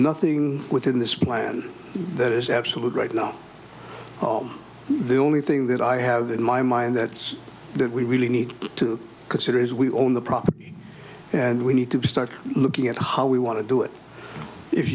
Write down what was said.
nothing within this plan that is absolute right now the only thing that i have in my mind that we really need to consider is we own the property and we need to start looking at how we want to do it if